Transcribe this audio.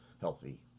healthy